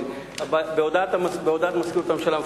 בהודעת מזכירות הממשלה,